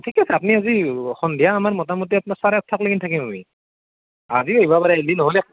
ঠিক আছে আপুনি আজি সন্ধিয়া আমাৰ মুটামুটি আপোনাৰ চাৰে আঠটাক লেগি থাকিম আমি আজি আহিব পাৰে আইলি নহ'লে